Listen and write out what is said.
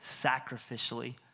sacrificially